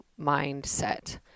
mindset